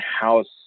house